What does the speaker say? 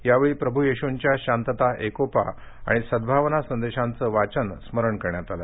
यावेळी प्रभूयेशृंच्या शांतता एकोपा आणि सद्भावना संदेशांचं वाचन स्मरण करण्यात आले